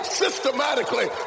systematically